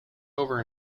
over